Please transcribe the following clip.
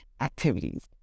activities